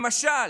למשל,